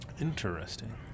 Interesting